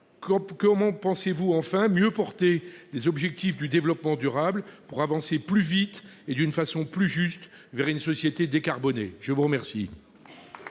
comment pensez-vous mieux porter les objectifs du développement durable pour avancer plus vite et d'une façon plus juste vers une société décarbonée ? La parole